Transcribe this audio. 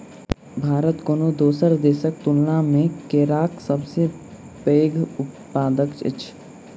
भारत कोनो दोसर देसक तुलना मे केराक सबसे पैघ उत्पादक अछि